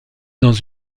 dans